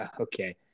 Okay